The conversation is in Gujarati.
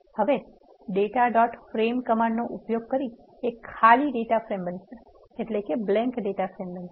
હવે data dot frame કમાન્ડનો ઉપયોગ કરી એક ખાલી ડેટા ફ્રેમ બનશે